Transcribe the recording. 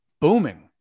booming